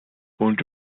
und